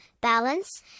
balance